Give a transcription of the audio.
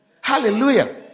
Hallelujah